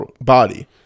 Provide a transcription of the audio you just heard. body